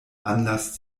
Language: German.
anlass